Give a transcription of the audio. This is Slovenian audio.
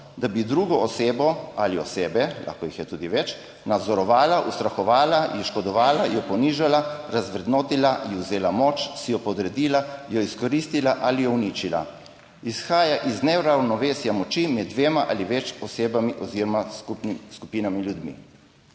da bi drugo osebo ali osebe, lahko jih je tudi več, nadzorovala, ustrahovala, ji škodovala, jo ponižala, razvrednotila, ji vzela moč, si jo podredila, jo izkoristila ali jo uničila. Izhaja iz neravnovesja moči med dvema ali več osebami oziroma s skupinami ljudmi.«